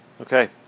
Okay